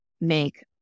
make